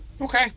okay